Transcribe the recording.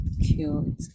cute